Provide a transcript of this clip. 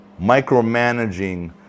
Micromanaging